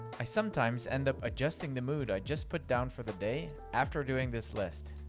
i sometimes end up adjusting the mood i just put down for the day after doing this list.